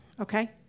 Okay